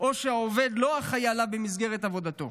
או העובד לא אחראי עליו במסגרת עבודתו.